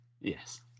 yes